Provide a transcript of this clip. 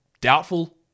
doubtful